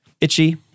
itchy